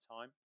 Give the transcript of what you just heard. time